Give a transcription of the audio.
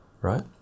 right